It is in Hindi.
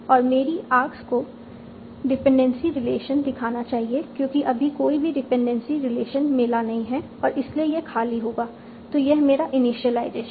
और मेरी आर्क्स को डिपेंडेंसी रिलेशन दिखाना चाहिए क्योंकि अभी कोई भी डिपेंडेंसी रिलेशन मिला नहीं है इसीलिए यह खाली होगा तो यह है मेरा इनीशिएलाइजेशन